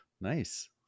Nice